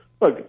Look